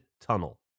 tunnel